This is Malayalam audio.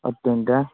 ഒറ്റ മിനിറ്റേ